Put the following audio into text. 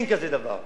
אין כזה דבר.